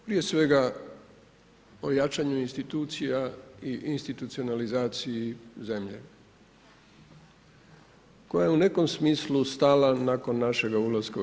Prije svega o jačanju institucija i institucionalizaciji zemlje koja je u nekom smislu stala nakon našega ulaska u EU.